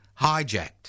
hijacked